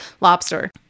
lobster